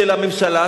של הממשלה,